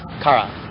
Kara